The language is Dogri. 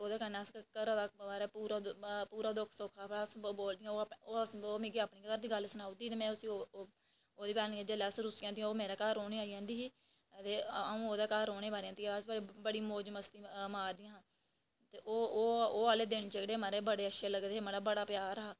ते ओह्दे नै अस घरै दा पूरा दुख सुख ते ओह् मिगी अपने घर दी गल्ल सुनाई ओड़दी ही ते में उसी ते जेल्लै अस रुस्सी जंदियां ही ते ओह् मेरे घर रौह्ने गी आई जंदी ही ते अंऊ ओह्दे घर रौहने गी बड़ा जंदी ही बड़ी मौज़ मस्ती मारदियां हियां ते ओह् आह्ले दिन बड़े अच्छे लगदे हे ते बड़ा प्यार हा